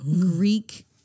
Greek